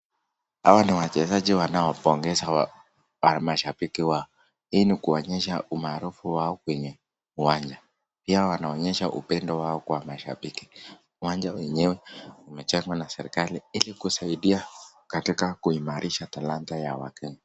Hawa ni wachezaji wanaopongeza na mashabiki wao hii ni kuonyesha kuwa kwenye uwanja pia wanaonyesha upendo wao kwa mashabiki. Uwanja wenyewe umejengwa na serikali ili kusaidia katika kuhimarisha talanta ya wakenya.